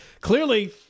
clearly